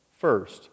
first